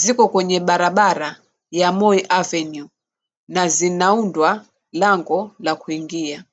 ziko kwenye barabara ya Moi Avenue na zinaundwa lango la kuingia.